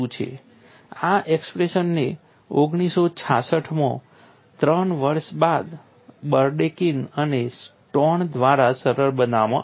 આ એક્સપ્રેશનને 1966 માં 3 વર્ષ બાદ બર્ડેકિન અને સ્ટોન દ્વારા સરળ બનાવવામાં આવી હતી